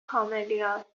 کاملیاست